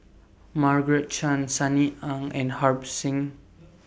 Margaret Chan Sunny Ang and Harbans Singh